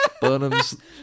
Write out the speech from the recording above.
Burnham's